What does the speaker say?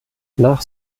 nach